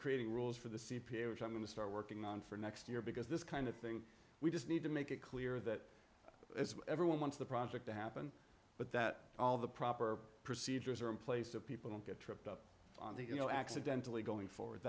creating rules for the c p a which i'm going to start working on for next year because this kind of thing we just need to make it clear that everyone wants the project to happen but that all the proper procedures are in place of people don't get tripped up on the you know accidentally going forward